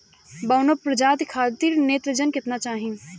बौना प्रजाति खातिर नेत्रजन केतना चाही?